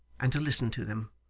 and to listen to them.